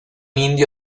indio